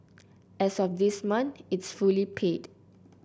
as of this month it's fully paid